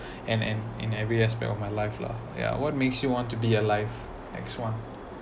and and in every aspect of my life lah ya what makes you want to be alive next one